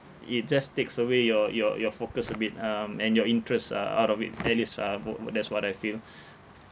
it just takes away your your your focus a bit um and your interests uh out of it that is uh vo~ vo~ that's what I feel